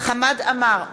חמד עמאר,